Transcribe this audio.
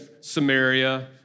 Samaria